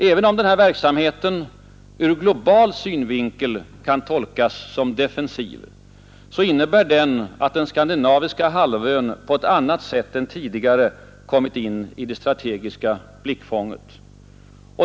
Även om den verksamheten ur global synvinkel kan tolkas som defensiv, innebär den att den skandinaviska halvön på ett annat sätt än tidigare kommit in i det strategiska blickfånget.